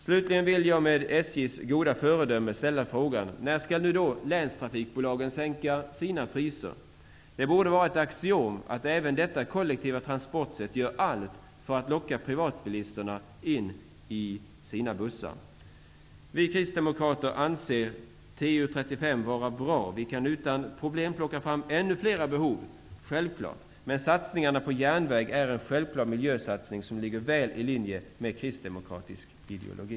Slutligen vill jag med tanke på SJ:s goda föredöme ställa frågan: När skall då länstrafikbolagen sänka sina priser? Det borde vara ett axiom att detta kollektiva transportsätt gör allt för att locka privatbilisterna in i sina bussar. Vi kristdemokrater anser trafikutskottets betänkande 35 vara bra. Vi kan utan problem plocka fram ännu flera behov -- självklart! -- men satsningarna på järnväg är en klar miljösatsning som ligger väl i linje med kristdemokratisk ideologi.